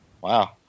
Wow